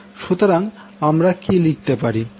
সুতরাং আমরা কি লিখতে পারি